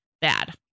bad